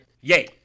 Yay